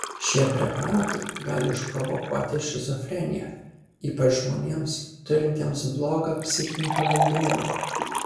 šie preparatai gali išprovokuoti šizofreniją ypač žmonėms turintiems blogą psichinį paveldimumą